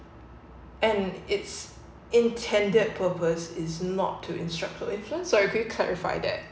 and its intended purpose is not to instruct influence so can you clarify that